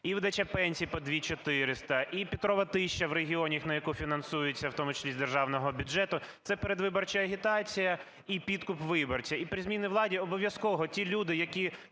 і видача пенсій по 2400, і "Петрова тисяча" в регіоні, на яку фінансується в тому числі з державного бюджету, – це передвиборча агітація і підкуп виборця. І при зміні влади обов'язково ті люди, які